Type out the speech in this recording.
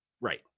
Right